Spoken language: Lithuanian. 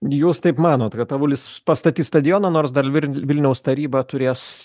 jūs taip manot kad avulis pastatys stadioną nors dar ir vilniaus taryba turės